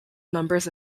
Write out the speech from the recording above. numbers